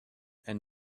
and